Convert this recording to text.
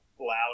loud